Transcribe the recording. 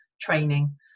training